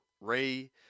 Ray